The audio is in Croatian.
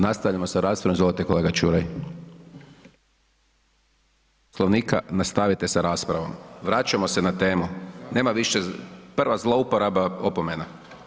Nastavljamo sa raspravom izvolite kolega Ćuraj. … [[Govornik nije uključen.]] Poslovnika nastavite sa raspravom, vraćamo se na temu, nema više, prva zlouporaba, opomena.